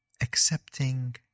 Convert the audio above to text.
accepting